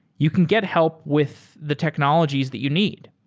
you can get help with the technologies that you need.